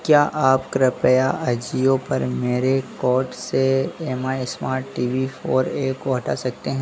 क्या आप कृपया अजियो पर मेरे कार्ट से M I smart T V four A को हटा सकते हैं